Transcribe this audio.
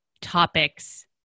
topics